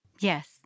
Yes